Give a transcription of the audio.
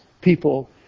people